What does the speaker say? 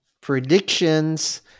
predictions